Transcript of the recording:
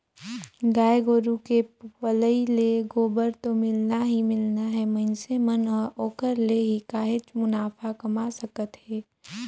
गाय गोरु के पलई ले गोबर तो मिलना ही मिलना हे मइनसे मन ह ओखरे ले ही काहेच मुनाफा कमा सकत हे